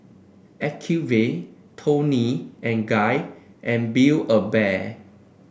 Acuvue Toni and Guy and Build A Bear